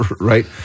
right